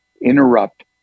interrupt